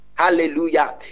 hallelujah